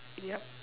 ya